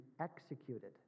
executed